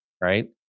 right